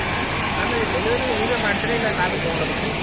ಸರಿ ಆಮೇಲೆ ಡೆಲಿವರಿ ನೀವೇ ಮಾಡ್ತೀರಾ ಇಲ್ಲ ನಾವೇ ತೊಗೊಂಡು ಹೋಗ್ಬಕ್ ರೀ